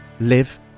live